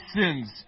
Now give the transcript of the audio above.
sins